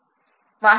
శక్తి వంటివి